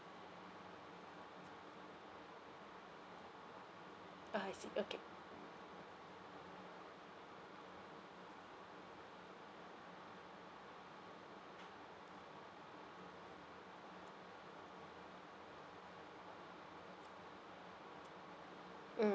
oh I see okay mm